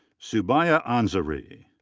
subia ansari.